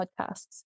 podcasts